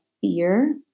fear